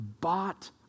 bought